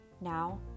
Now